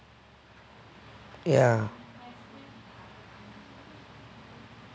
ya